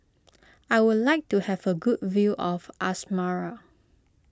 I would like to have a good view of Asmara